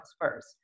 first